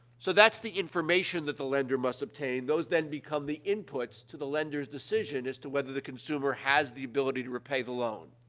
so, that's the information that the lender must obtain. those then become the inputs to the lender's decision as to whether the consumer has the ability to repay the loan.